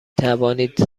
توانید